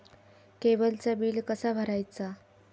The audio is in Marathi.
केबलचा बिल कसा भरायचा?